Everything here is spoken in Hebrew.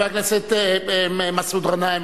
חבר הכנסת מסעוד גנאים,